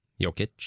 Jokic